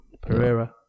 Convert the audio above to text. Pereira